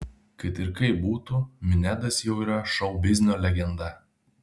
kad ir kaip būtų minedas jau yra šou biznio legenda